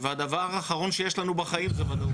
והדבר האחרון שיש לנו בחיים זה וודאות.